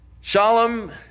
Shalom